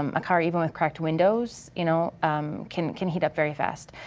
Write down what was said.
um a car even with cracked windows you know um can can heat up very fast.